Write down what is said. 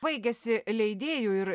baigiasi leidėjų ir